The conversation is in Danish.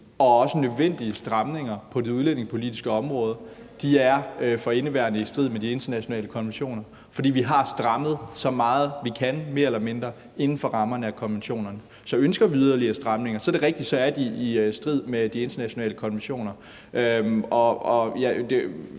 og også nødvendige stramninger på det udlændingepolitiske område for indeværende er i strid med de internationale konventioner, fordi vi har strammet så meget, som vi mere eller mindre kan inden for rammerne af konventionerne. Ønsker vi yderligere stramninger, er det rigtigt, at så er de i strid med de internationale konventioner.